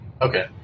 Okay